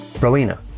Rowena